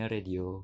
Radio